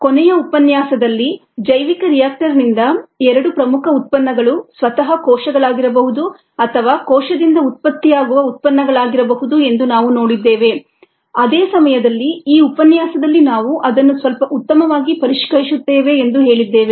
ಕೊನೆಯ ಉಪನ್ಯಾಸದಲ್ಲಿ ಜೈವಿಕ ರಿಯಾಕ್ಟರ್ನಿಂದ ಎರಡು ಪ್ರಮುಖ ಉತ್ಪನ್ನಗಳು ಸ್ವತಃ ಕೋಶಗಳಾಗಿರಬಹುದು ಅಥವಾ ಕೋಶದಿಂದ ಉತ್ಪತ್ತಿಯಾಗುವ ಉತ್ಪನ್ನಗಳಾಗಿರಬಹುದು ಎಂದು ನಾವು ನೋಡಿದ್ದೇವೆ ಅದೇ ಸಮಯದಲ್ಲಿ ಈ ಉಪನ್ಯಾಸದಲ್ಲಿ ನಾವು ಅದನ್ನು ಸ್ವಲ್ಪ ಉತ್ತಮವಾಗಿ ಪರಿಷ್ಕರಿಸುತ್ತೇವೆ ಎಂದು ಹೇಳಿದ್ದೇವೆ